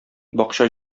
бакча